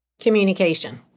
Communication